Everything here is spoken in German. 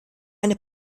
eine